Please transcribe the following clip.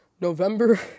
November